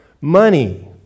money